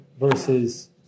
versus